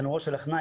תנורו של עכנאי,